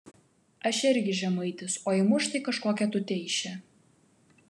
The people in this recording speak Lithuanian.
aš irgi žemaitis o imu štai kažkokią tuteišę